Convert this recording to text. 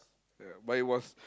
yeah but it was